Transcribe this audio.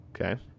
Okay